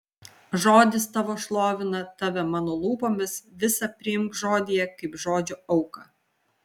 žodis tavo šlovina tave mano lūpomis visa priimk žodyje kaip žodžio auką